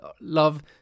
love